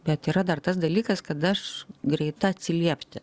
bet yra dar tas dalykas kad aš greita atsiliepti